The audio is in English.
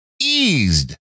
eased